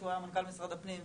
שהוא היה מנכ"ל משרד הפנים,